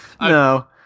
No